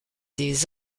des